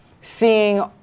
seeing